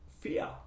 fear